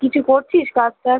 কিছু করছিস কাজ টাজ